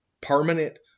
permanent